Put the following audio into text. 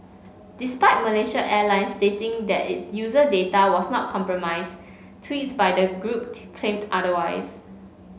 despite Malaysia Airlines stating that its user data was not compromised tweets by the group claimed otherwise